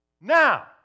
Now